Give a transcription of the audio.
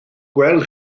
gweld